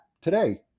today